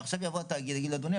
עכשיו יבוא התאגיד ויגיד לו: אדוני,